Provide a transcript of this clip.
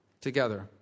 together